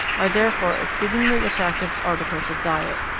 are, therefore, exceedingly attractive articles of diet.